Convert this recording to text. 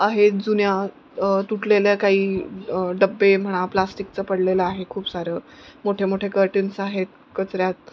आहेत जुन्या तुटलेल्या काही डबे म्हणा प्लास्टिकचं पडलेलं आहे खूप सारं मोठे मोठे कर्टन्स आहेत कचऱ्यात